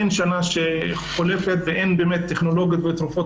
אין שנה שחולפת ואין באמת טכנולוגיות ותרופות